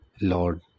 Lord